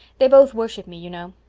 they both worship me, you know.